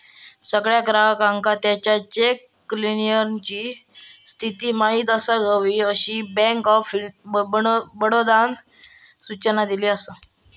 सगळ्या ग्राहकांका त्याच्या चेक क्लीअरन्सची स्थिती माहिती असाक हवी, अशी बँक ऑफ बडोदानं सूचना दिली असा